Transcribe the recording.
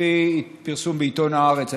לפי פרסום בעיתון הארץ,